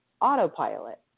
autopilot